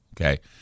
okay